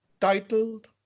titled